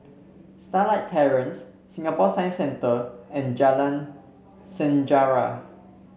Starlight Terrace Singapore Science Centre and Jalan Sejarah